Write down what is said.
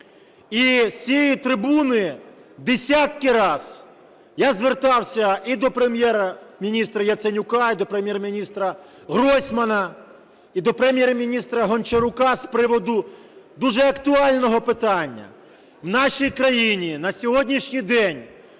І з цієї трибуни десятки раз я звертався і до Прем'єр-міністра Яценюка, і до Прем'єр-міністра Гройсмана, і до Прем'єр-міністра Гончарука з приводу дуже актуального питання. В нашій країні на сьогоднішній день